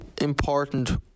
important